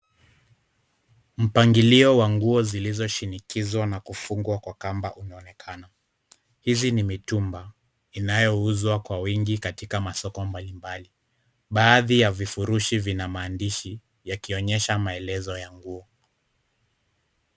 Mpangilio wa nguo zilizoshinikizwa na kufungwa kwa kamba unaonekana. Hizi ni mitumba inayouzwa kwa wingi katika masoko mbalimbali. Baadhi ya vifurushi vina maandishi yakionyesha maelezo ya nguo.